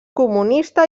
comunista